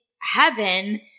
heaven